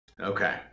Okay